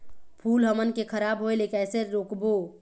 फूल हमन के खराब होए ले कैसे रोकबो?